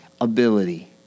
ability